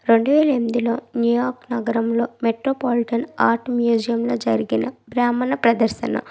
రెండువేల ఎనిమిదిలో New York నగరంలో మెట్రోపాలిటన్ ఆర్ట్ మ్యూజియంలో జరిగిన బ్రాహ్మణ ప్రదర్శన